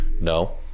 no